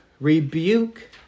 rebuke